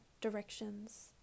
directions